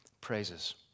praises